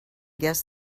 guess